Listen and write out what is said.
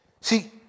See